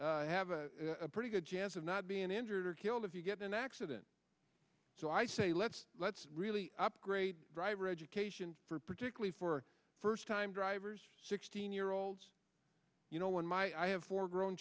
have a pretty good chance of not being injured or killed if you get an accident so i say let's let's really upgrade driver education for particularly for first time drivers sixteen year olds you know when my i have four grown